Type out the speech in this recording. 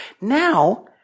now